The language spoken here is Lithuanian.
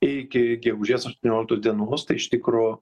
iki gegužės aštuonioliktos dienos tai iš tikro